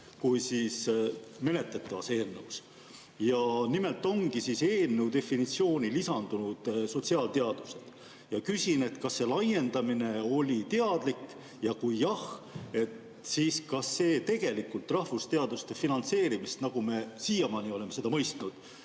kui menetletavas eelnõus: nimelt on eelnõu definitsiooni lisandunud sotsiaalteadused. Ma küsin: kas see laiendamine oli teadlik? Ja kui oli, siis kas see tegelikult rahvusteaduste finantseerimist, nagu me neid siiani oleme mõistnud,